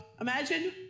imagine